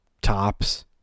tops